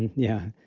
yeah.